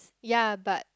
ya but